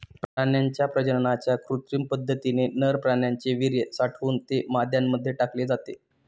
प्राण्यांच्या प्रजननाच्या कृत्रिम पद्धतीने नर प्राण्याचे वीर्य साठवून ते माद्यांमध्ये टाकले जाते